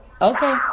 Okay